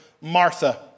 Martha